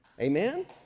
Amen